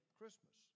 Christmas